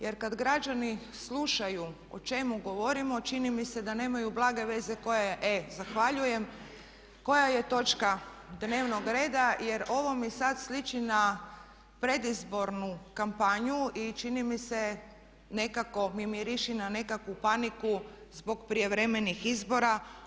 Jer kad građani slušaju o čemu govorimo čini mi se da nemaju blage veze koja je, e zahvaljujem, koja je točka dnevnog reda jer ovo mi sad sliči na predizbornu kampanju i čini mi se nekako mi miriši na nekakvu paniku zbog prijevremenih izbora.